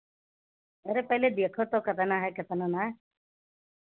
अरे पहले देखो तो कितना है कितना नाय